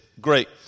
great